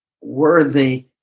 worthy